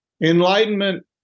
Enlightenment